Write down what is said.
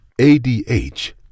ADH